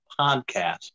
podcast